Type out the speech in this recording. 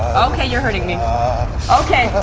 okay youre hurting me okay,